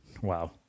Wow